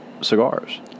cigars